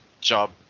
job